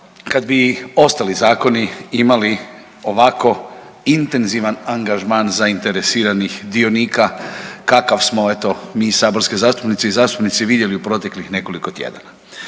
kad bi ostali zakoni imali ovako intenzivan angažman zainteresiranih dionika kakav smo eto mi saborski zastupnice i zastupnici vidjeli u proteklih nekoliko tjedana.